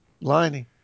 lining